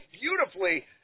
beautifully